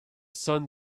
sun